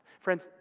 Friends